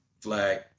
Flag